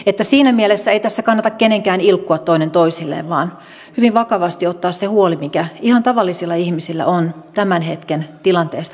että siinä mielessä ei tässä kannata kenenkään ilkkua toinen toisilleen vaan hyvin vakavasti ottaa se huoli mikä ihan tavallisilla ihmisillä on tämän hetken tilanteesta täällä suomessa